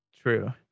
true